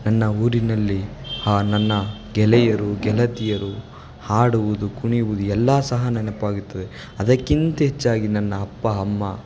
ನನ್ನ ಊರಿನಲ್ಲಿ ಹಾ ನನ್ನ ಗೆಳೆಯರು ಗೆಳತಿಯರು ಹಾಡುವುದು ಕುಣಿಯುವುದು ಎಲ್ಲ ಸಹ ನೆನಪಾಗುತ್ತದೆ ಅದಕ್ಕಿಂತ ಹೆಚ್ಚಾಗಿ ನನ್ನ ಅಪ್ಪ ಅಮ್ಮ